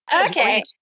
okay